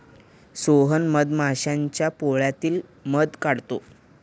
सोहन मधमाश्यांच्या पोळ्यातील मध काढतो